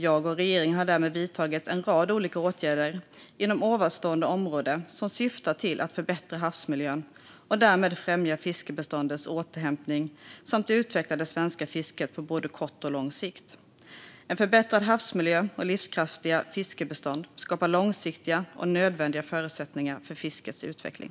Jag och regeringen har därmed vidtagit en rad olika åtgärder inom nämnda områden som syftar till att förbättra havsmiljön och därmed främja fiskbeståndens återhämtning samt utveckla det svenska fisket på både kort och lång sikt. En förbättrad havsmiljö och livskraftiga fiskbestånd skapar långsiktiga och nödvändiga förutsättningar för fiskets utveckling.